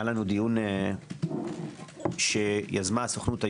היה לנו דיון שיזמה הסוכנות היהודית,